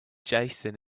jason